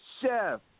Chef